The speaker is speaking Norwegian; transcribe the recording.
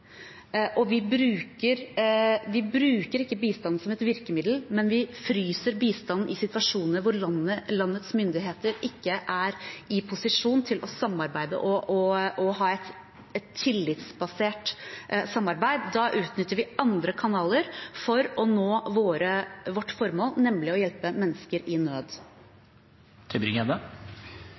Vi bruker ikke bistand som et virkemiddel, men vi fryser bistanden i situasjoner hvor landets myndigheter ikke er i posisjon til å samarbeide og ha et tillitsbasert samarbeid. Da utnytter vi andre kanaler for å nå vårt formål, nemlig å hjelpe mennesker i nød.